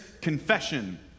confession